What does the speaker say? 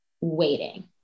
waiting